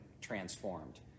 Transformed